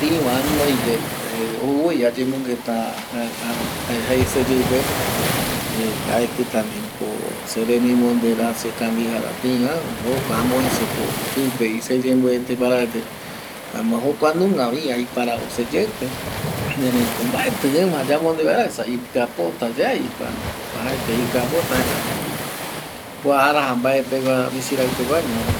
Tï va anoi vaye jaeko añemonde kavi vaera peguara eri jata ikiapota jaema kua tï va ko jae misirai peguaraño amonde vaera esa yano oyemonguia katu.